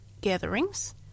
gatherings